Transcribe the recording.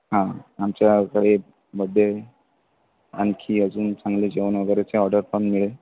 हां आमच्याकडे बड्डे आणखी अजून चांगले जेवण वगैरेचे ऑर्डर पण मिळेल